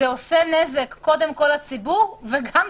זה עושה נזק קודם כול לציבור וגם,